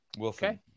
Okay